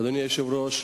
אדוני היושב-ראש,